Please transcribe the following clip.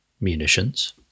munitions